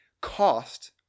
cost